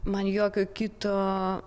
man jokio kito